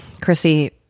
Chrissy